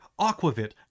aquavit